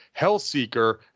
Hellseeker